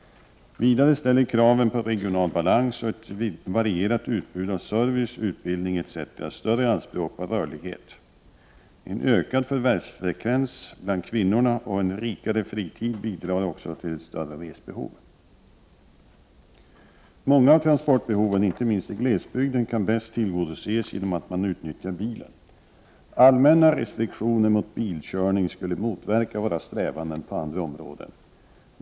Vidare ställer kraven på regional balans och ett varierat utbud av service, utbildning etc. större anspråk på rörlighet. En ökad förvärvsfrevens bland kvinnorna och en rikare fritid bidrar också till ett större resbehov. Många av transportbehoven, inte minst i glesbygden, kan bäst tillgodoses genom att man utnyttjar bilen. Allmänna restriktioner mot bilkörning skulle motverka våra strävanden på andra områden.